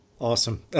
Awesome